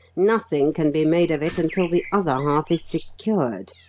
nothing can be made of it until the other half is secured,